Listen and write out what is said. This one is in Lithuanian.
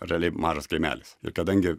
realiai mažas kaimelis ir kadangi